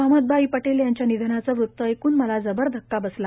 अहमदभाई पटेल यांच्या निधनाचे वृत ऐकून मला जबर धक्का बसला